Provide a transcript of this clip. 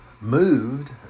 moved